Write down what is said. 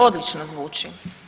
Odlično zvuči.